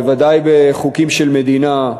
בוודאי בחוקים של מדינה,